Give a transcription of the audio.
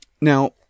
Now